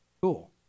Cool